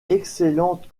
excellente